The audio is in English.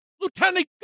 lieutenant